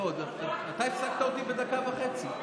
לא, אתה הפסקת אותי בדקה וחצי.